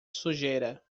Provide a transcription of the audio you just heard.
sujeira